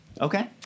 okay